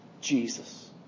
Jesus